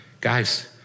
Guys